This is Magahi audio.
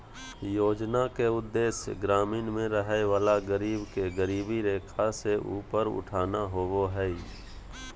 योजना के उदेश्य ग्रामीण में रहय वला गरीब के गरीबी रेखा से ऊपर उठाना होबो हइ